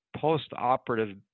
post-operative